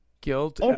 guilt